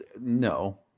no